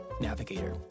Navigator